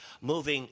moving